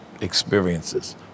experiences